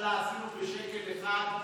הממשלה אפילו בשקל אחד,